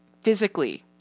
physically